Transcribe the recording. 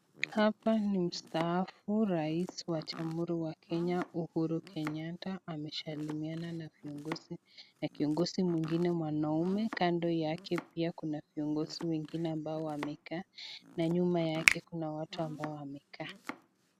Hapa ni mstaafu rais wa jamuhuriya Kenya Uhuru Kenyatta amesalimiana na kiongozi mwingine mwanauneme, kando yake kuna kiongozi mwingine amekaa na nyuma kuna watu wamekaa.